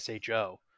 SHO